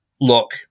look